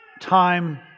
time